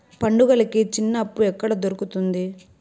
పండుగలకి చిన్న అప్పు ఎక్కడ దొరుకుతుంది